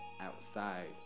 outside